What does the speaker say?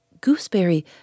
Gooseberry